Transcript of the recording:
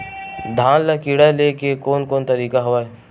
धान ल कीड़ा ले के कोन कोन तरीका हवय?